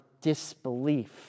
disbelief